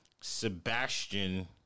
Sebastian